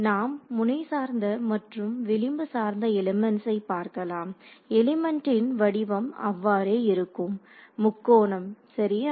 நாம் முனை சார்ந்த மற்றும் விளிம்பு சார்ந்த எலிமெண்ட்ஸை பார்க்கலாம் எலிமெண்ட் இன் வடிவம் அவ்வாறே இருக்கும் முக்கோணம் சரியா